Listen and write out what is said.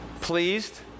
Pleased